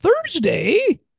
Thursday